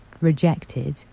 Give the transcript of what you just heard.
rejected